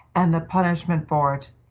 and the punishment for it,